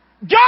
God